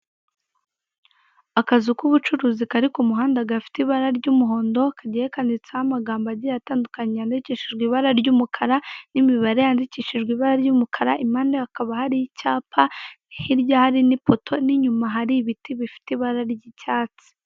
Akazu k'ubucuruzi, kari ku muhanda, gafite ibara ry'umuhondo, kagiye kanditseho amagambo agiye atandukanye, yandikishijwe ibara ry'umukara, n'imibare yandikishijwe ibara ry'umukara, impande hakaba hari icyapa, hirya hari n'ipoto, n'inyuma hari ibiti bifite ibara ry'icyatsi.